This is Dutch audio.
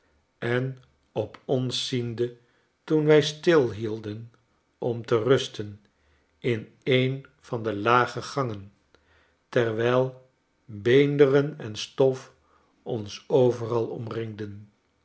en op ons ziende toen wij stilhielden om te rusten in een van de lage gangen terwijl beenderen en stof ons overal omringden